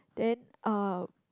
then uh